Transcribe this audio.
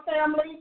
family